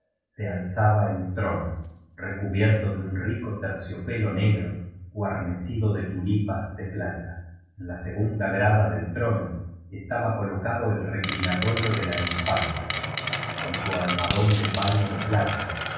se alzaba el trono re cubierto de un rico terciopelo negro guarnecido de tulipas de plata en la segunda grada del trono estaba colocado el recli natorio de la infanta con su almohadón de paño de plata y